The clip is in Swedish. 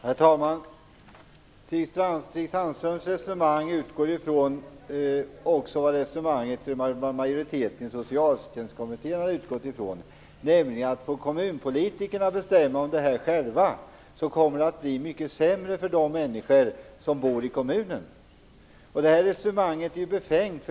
Herr talman! Stig Sandströms resonemang utgår från det resonemang som fördes av majoriteten i Socialtjänstkommittén, nämligen att om kommunpolitikerna själva får bestämma om detta kommer det att bli mycket sämre för de människor som bor i kommunen. Det resonemanget är befängt.